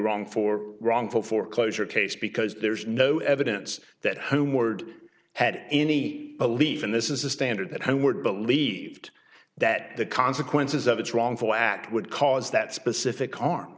wrong for wrongful foreclosure case because there's no evidence that homeward had any belief and this is a standard that homework believed that the consequences of its wrongful act would cause that specific harm